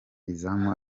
izamu